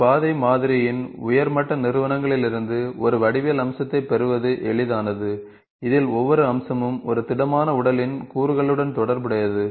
ஒரு பாதை மாதிரியின் உயர் மட்ட நிறுவனங்களிலிருந்து ஒரு வடிவியல் அம்சத்தைப் பெறுவது எளிதானது இதில் ஒவ்வொரு அம்சமும் ஒரு திடமான உடலின் கூறுகளுடன் தொடர்புடையது